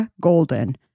Golden